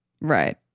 Right